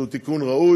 שהוא תיקון ראוי,